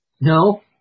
No